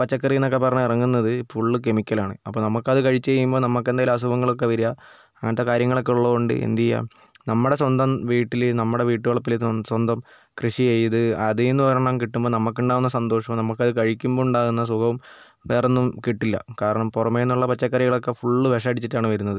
പച്ചക്കറിയെന്നൊക്കെ പറഞ്ഞ് ഇറങ്ങുന്നത് ഫുള്ള് കെമിക്കലാണ് അപ്പം നമ്മൾക്കത് കഴിച്ചു കഴിയുമ്പം നമ്മൾക്കെന്തെങ്കിലും അസുഖങ്ങളൊക്കെ വരിക അങ്ങനത്തെ കാര്യങ്ങളൊക്കെ ഉള്ളതുകൊണ്ട് എന്തു ചെയ്യാം നമ്മുടെ സ്വന്തം വീട്ടിൽ നമ്മുടെ വീട്ടു വളപ്പിൾ സ്വന്തം കൃഷി ചെയ്ത് അതിൽ നിന്നൊരെണ്ണം കിട്ടുമ്പം നമ്മൾക്കുണ്ടാവുന്ന സന്തോഷവും നമുക്കത് കഴിക്കുമ്പം ഉണ്ടാവുന്ന സുഖവും വേറൊന്നും കിട്ടില്ല കാരണം പുറമേ നിന്നുള്ള പച്ചക്കറികളൊക്കെ ഫുള്ള് വിഷമടിച്ചിട്ടാണ് വരുന്നത്